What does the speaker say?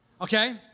okay